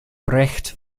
brecht